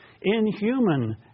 inhuman